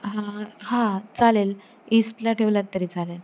हां हां चालेल ईस्टला ठेवलंत तरी चालेल